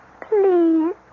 please